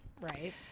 right